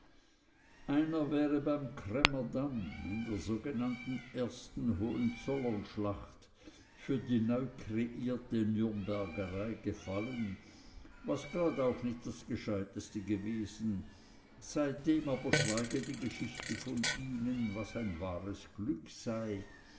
einer wäre beim cremmer damm in der sogenannten ersten hohenzollernschlacht für die neukreierte nürnbergerei gefallen was grad auch nicht das gescheiteste gewesen seitdem aber schweige die geschichte von ihnen was ein wahres glück sei